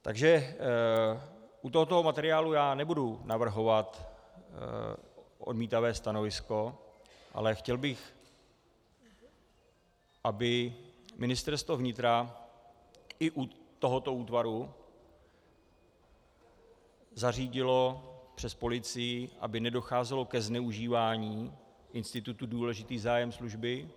Takže u tohoto materiálu já nebudu navrhovat odmítavé stanovisko, ale chtěl bych, aby Ministerstvo vnitra i u tohoto útvaru zařídilo přes policii, aby nedocházelo ke zneužívání institutu důležitý zájem služby.